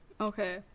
Okay